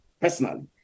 personally